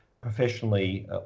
professionally